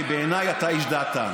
כי בעיניי אתה איש דעתן.